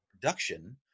production